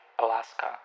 Alaska